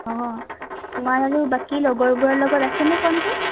অঁ তোমাৰ আৰু বাকী লগৰবোৰৰ লগত আছেনে কণ্টেক্ট